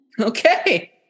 okay